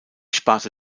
sparte